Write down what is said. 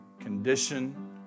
condition